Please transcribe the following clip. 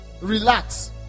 relax